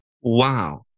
Wow